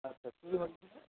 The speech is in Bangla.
আচ্ছা কী হয়েছে